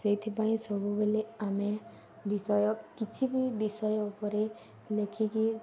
ସେଇଥିପାଇଁ ସବୁବେଳେ ଆମେ ବିଷୟ କିଛି ବି ବିଷୟ ଉପରେ ଲେଖିକି